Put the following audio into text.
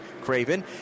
Craven